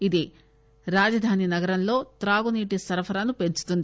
ఇది రాజధాని నగరంలో త్రాగునీటి సరఫరాను పెంచుతుంది